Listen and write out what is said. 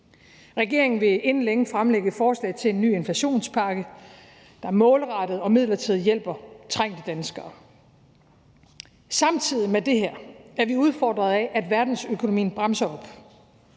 Regeringen vil inden længe fremlægge et forslag til en ny inflationspakke, der målrettet og midlertidigt hjælper trængte danskere. Samtidig med det her er vi udfordret af, at verdensøkonomien bremser op.